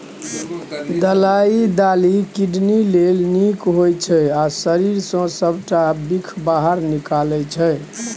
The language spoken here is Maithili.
कलाइ दालि किडनी लेल नीक होइ छै आ शरीर सँ सबटा बिख बाहर निकालै छै